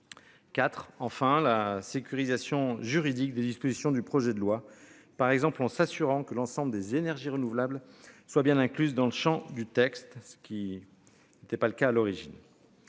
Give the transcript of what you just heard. la sécurisation juridique des dispositions du projet de loi par exemple en s'assurant que l'ensemble des énergies renouvelables soient bien incluses dans le Champ du texte ce qui. N'était pas le cas à l'origine.